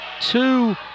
two